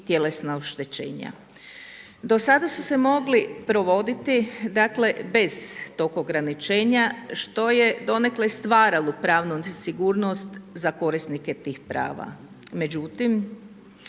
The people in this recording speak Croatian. i tjelesna oštećenja. Do sada su se mogli provoditi dakle bez tog ograničenja, što je donekle stvaralo pravnu sigurnost za korisnike tih prava.